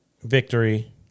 Victory